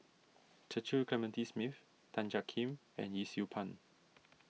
Clementi Smith Tan Jiak Kim and Yee Siew Pun